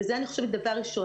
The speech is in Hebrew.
זה דבר ראשון.